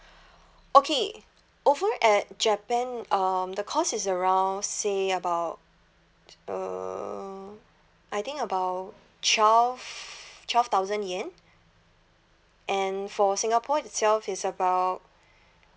okay over at japan um the cost is around say about uh I think about twelve twelve thousand yen and for singapore itself is about